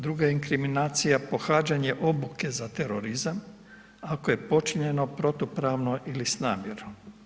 Druga inkriminacija, pohađanje obuke za terorizam ako je počinjeno protupravno ili s namjerom.